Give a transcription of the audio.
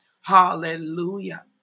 Hallelujah